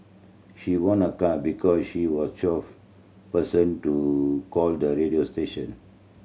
she won a car because she was twelfth person to call the radio station